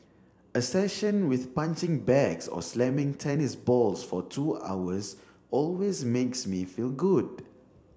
a session with punching bags or slamming tennis balls for two hours always makes me feel good